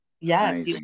Yes